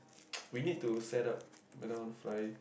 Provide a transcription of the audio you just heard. we need to set up whether I want to fly